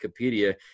Wikipedia